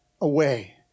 away